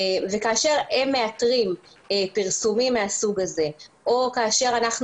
כאשר הם מאתרים פרסומים מהסוג הזה או כאשר אנחנו